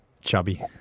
chubby